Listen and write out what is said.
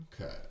okay